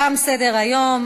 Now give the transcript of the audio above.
תם סדר-היום.